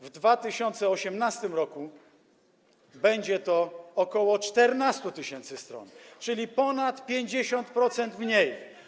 W 2018 r. będzie to ok. 14 tys. stron, czyli o ponad 50% mniej.